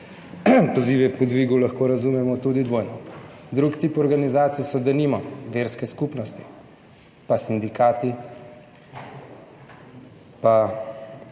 pozive po dvigu lahko razumemo tudi dvojno. Drug tip organizacij so denimo verske skupnosti, pa sindikati, pa